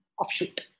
offshoot